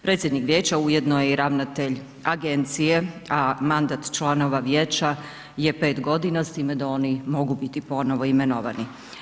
Predsjednik vijeća ujedno je i ravnatelj agencije, a mandat članova vijeća je 5 godina, s time da oni mogu biti ponovo imenovani.